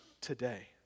today